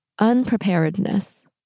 Unpreparedness